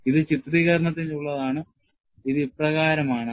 ഇത് ചിത്രീകരണത്തിനുള്ളതാണ് ഇത് ഇപ്രകാരം ആണ്